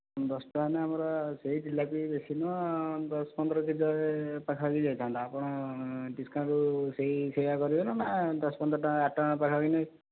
ବର୍ତ୍ତମାନ ଆମର ସେହି ଜିଲାପି ବେଶୀ ନୁହଁ ଦଶ ପନ୍ଦର କେଜି ପାଖା ପାଖି ଯାଇଥାନ୍ତା ଆପଣ ଡ଼ିସକାଉଣ୍ଟ ସେହି ସେୟା କରିବେ ନା ଦଶ ପନ୍ଦର ଟଙ୍କା ଆଠ ଟଙ୍କା ପାଖା ପାଖି ନେବେ